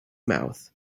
mouth